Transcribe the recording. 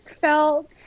felt